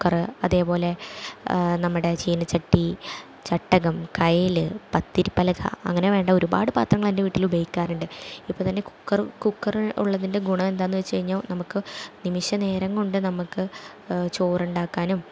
cooker അതേപോലെ നമ്മുടെ ചീനച്ചട്ടി ചട്ടകം കയില് പത്തിരി പലക അങ്ങനെ വേണ്ട ഒരുപാട് പാത്രങ്ങൾ എൻ്റെ വീട്ടിൽ ഉപയോഗിക്കാറുണ്ട് ഇപ്പോത്തന്നെ കുക്കറും കുക്കർ ഉള്ളതിൻ്റെ ഗുണമെന്താന്ന് വെച്ച്കഴിഞ്ഞാൽ നമുക്ക് നിമിഷ നേരം കൊണ്ട് നമുക്ക് ചേറുണ്ടാക്കാനും